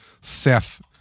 Seth